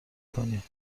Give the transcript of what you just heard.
کنی